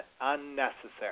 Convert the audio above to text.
unnecessary